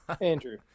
andrew